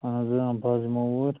اَہَن حظ بہٕ حظ یِمہٕ اوٗرۍ